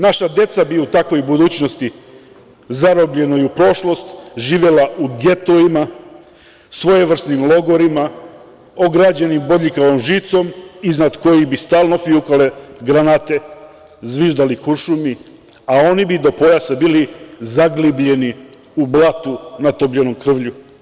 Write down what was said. Naša deca bi u takvoj budućnosti, zarobljenoj u prošlost, živela u getovima, svojevrsnim logorima, ograđeni bodljikavom žicom iznad kojih bi stalno fijukale granate, zviždali kuršumi, a oni bi do pojasa bili zaglibljeni u blatu natopljenom krvlju.